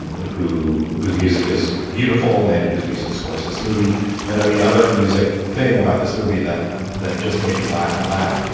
who whose music is beautiful and whose music scores this movie and then the other music thing about this movie that that just made me laugh and laugh.